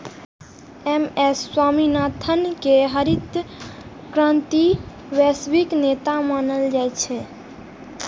M S Swaminathan कें हरित क्रांतिक वैश्विक नेता मानल जाइ छै